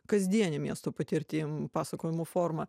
kasdiene miesto patirtim pasakojimo forma